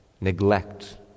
Neglect